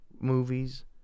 movies